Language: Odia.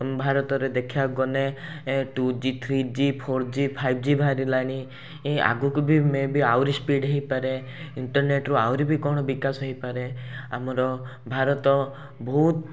ଭାରତରେ ଦେଖିବାକୁ ଗଲେ ଏ two G three G four G five G ବାହାରିଲାଣି ଏଇ ଆଗକୁ ବି ମେ ବି ଆହୁରି ସ୍ପିଡ଼ ହେଇପାରେ ଇଣ୍ଟେର୍ନେଟରୁ ଆହୁରି ବି କ'ଣ ବିକାଶ ହେଇପାରେ ଆମର ଭାରତ ବହୁତ